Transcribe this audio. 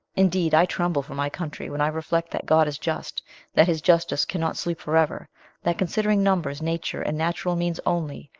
indeed, i tremble for my country when i reflect that god is just that his justice cannot sleep for ever that, considering numbers, nature, and natural means only,